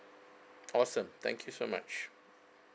awesome thank you so much